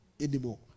anymore